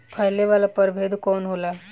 फैले वाला प्रभेद कौन होला?